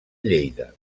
lleida